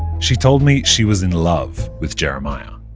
she told me she was in love with jeremiah